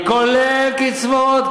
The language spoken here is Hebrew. כולל קצבאות,